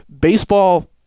Baseball